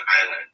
island